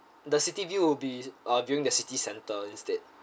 the city view will be uh viewing the city centre instead